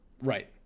Right